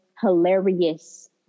hilarious